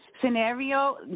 scenario